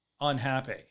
unhappy